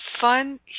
fun